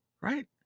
right